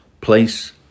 place